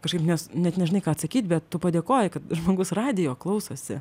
kažkaip nes net nežinai ką atsakyt bet tu padėkoji kad žmogus radijo klausosi